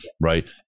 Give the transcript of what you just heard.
right